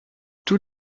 tous